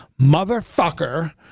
Motherfucker